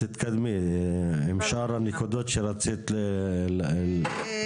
תתקדמי עם שאר הנקודות שרצית להבהיר,